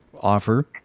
offer